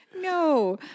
No